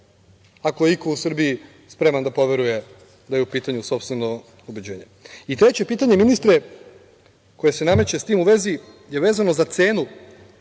ako je i ko u Srbiji spreman da poveruje da je u pitanju sopstveno ubeđenje. Treće pitanje ministre, koje se nameće s tim u vezi, vezano je za cenu